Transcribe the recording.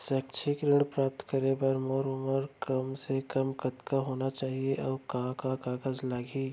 शैक्षिक ऋण प्राप्त करे बर मोर उमर कम से कम कतका होना चाहि, अऊ का का कागज लागही?